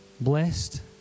Blessed